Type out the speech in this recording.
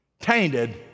tainted